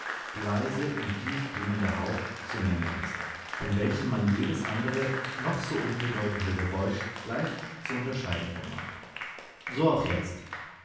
leise und tief klingender hauch zu nennen ist von welchem man jedes andere noch so unbedeutende geräusch leicht zu unterscheiden vermag so auch jetzt